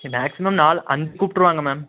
maximum நால் அஞ்சு கூப்பிட்டுருவாங்க மேம்